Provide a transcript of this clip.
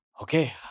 Okay